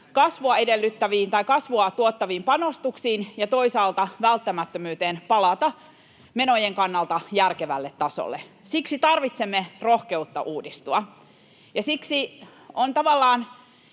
kasvua tuottaviin panostuksiin ja toisaalta välttämättömyyteen palata menojen kannalta järkevälle tasolle. Siksi tarvitsemme rohkeutta uudistua, ja siksi on tavallaan